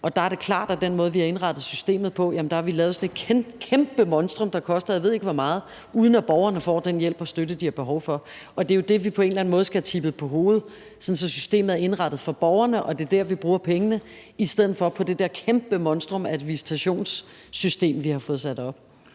Der er det klart, at med den måde, vi har indrettet systemet på, har vi lavet et kæmpe monstrum, der koster, jeg ved ikke hvor meget, uden at borgerne får den hjælp og støtte, de har behov for. Det er jo det, vi på en eller anden måde skal have tippet på hovedet, sådan at systemet er indrettet for borgerne, og at det er der, hvor vi bruger pengene, i stedet for at det er på det der kæmpe monstrum af et visitationssystem, som vi har fået sat op.